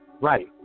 Right